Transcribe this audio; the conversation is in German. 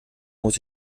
muss